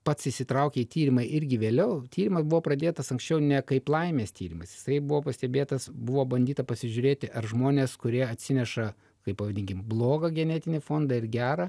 pats įsitraukė į tyrimą irgi vėliau tyrimas buvo pradėtas anksčiau ne kaip laimės tyrimas jisai buvo pastebėtas buvo bandyta pasižiūrėti ar žmonės kurie atsineša kaip pavadinkim blogą genetinį fondą ir gerą